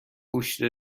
گوشت